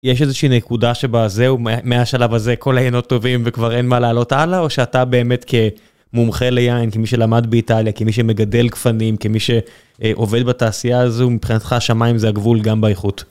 יש איזושהי נקודה שבה זהו, מהשלב הזה, כל היינות טובים וכבר אין מה לעלות הלאה, או שאתה באמת כמומחה ליין, כמי שלמד באיטליה, כמי שמגדל גפנים, כמי שעובד בתעשייה הזו, מבחינתך השמיים זה הגבול גם באיכות?